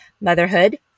motherhood